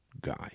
guy